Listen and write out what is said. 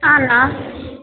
ஆ நான்